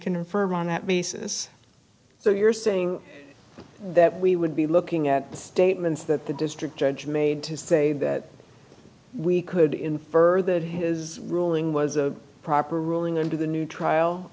confirm on that basis so you're saying that we would be looking at the statements that the district judge made to say that we could infer that his ruling was a proper ruling under the new trial